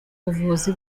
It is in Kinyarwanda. ubuvuzi